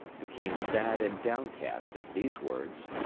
became sad and downcast at these words.